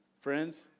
Friends